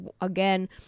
again